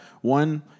one